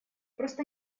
просто